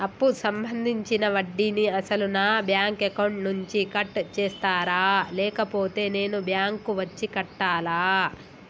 అప్పు సంబంధించిన వడ్డీని అసలు నా బ్యాంక్ అకౌంట్ నుంచి కట్ చేస్తారా లేకపోతే నేను బ్యాంకు వచ్చి కట్టాలా?